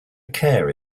care